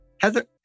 Heather